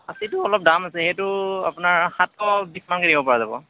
খাচীটো অলপ দাম আছে সেইটো আপোনাৰ সাতশ বিশ মানকৈ দিব পৰা যাব